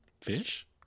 Fish